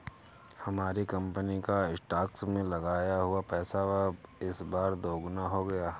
हमारी कंपनी का स्टॉक्स में लगाया हुआ पैसा इस बार दोगुना हो गया